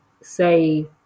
say